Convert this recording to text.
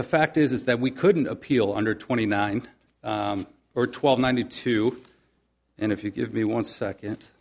the fact is is that we couldn't appeal under twenty nine or twelve ninety two and if you give me one second